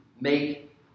make